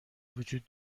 وجود